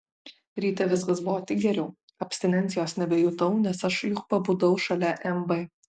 ryte viskas buvo tik geriau abstinencijos nebejutau nes aš juk pabudau šalia mb